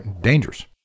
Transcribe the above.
Dangerous